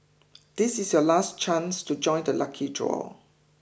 this is your last chance to join the lucky draw